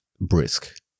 Brisk